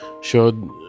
showed